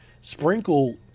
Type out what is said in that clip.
Sprinkle